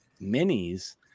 minis